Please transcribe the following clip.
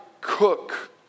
cook